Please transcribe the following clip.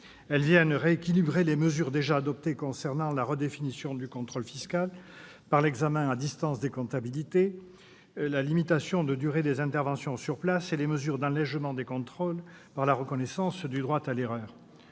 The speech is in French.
Elles viennent rééquilibrer les mesures déjà adoptées concernant la redéfinition du contrôle fiscal par l'examen à distance des comptabilités, la limitation de durée des interventions sur place et les mesures d'allégement des contrôles par la reconnaissance du « droit à l'erreur